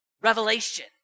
revelation